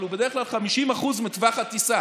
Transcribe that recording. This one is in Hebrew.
הוא בדרך כלל 50% מטווח הטיסה.